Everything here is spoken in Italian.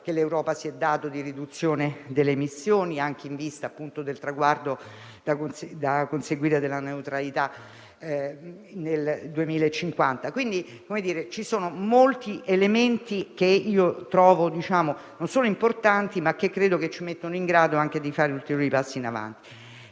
che l'Europa si è data di riduzione delle emissioni, anche in vista del traguardo da conseguire della neutralità climatica nel 2050. Ci sono molti elementi che io trovo, dunque, non solo importanti, ma che ci mettono in grado anche di fare ulteriori passi in avanti.